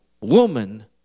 woman